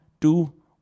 two